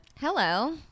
Hello